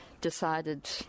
decided